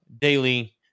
daily